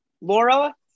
laura